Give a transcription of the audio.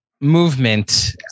movement